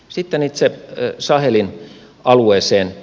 sitten itse sahelin alueeseen